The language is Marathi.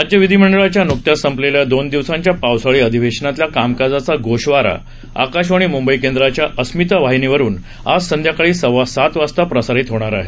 राज्य विधिमंडळाच्या न्कत्याच संपलेल्या दोन दिवसांच्या पावसाळी अधिवेशातल्या कामकाजाचा गोषवारा आकाशवाणी मुंबई केंद्राच्या अस्मिता वाहिनीवरून आज संध्याकाळी सव्वा सात वाजता प्रसारित होणार आहे